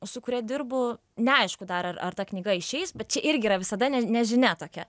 su kuria dirbu neaišku dar ar ar ta knyga išeis bet čia irgi yra visada ne nežinia tokia